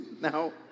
Now